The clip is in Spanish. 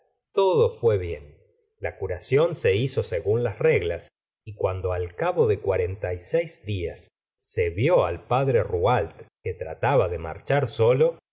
todo fué bien la curación se hizo según las reglas y cuando al cabo de cuarenta y seis días se vi al padre rouault que trataba de marchar solo